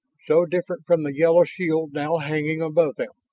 so different from the yellow shield now hanging above them.